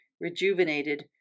rejuvenated